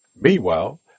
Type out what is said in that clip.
Meanwhile